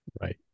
right